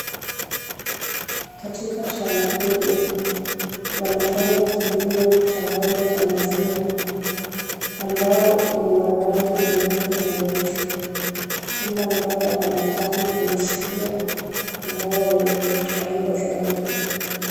Katika shamba hili, wanafanya kilimo cha ng'ombe wa maziwa, ambao u, ni wa rangi nyeupe, na nyeusi, kila mmoja ana tagi kwenye sikio, na huwa wenye faida zaidi.